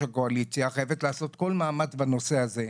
הקואליציה חייבת לעשות כל מאמץ בנושא הזה,